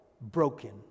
broken